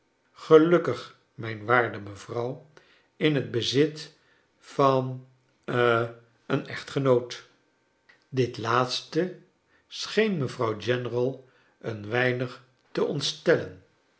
gelukkig mijn waarde mevrouw in het bezit van ha een echtgenoot dit laatste scheen mevrouw general een weinig te ontstellen